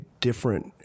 different